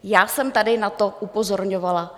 Já jsem tady na to upozorňovala.